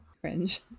Cringe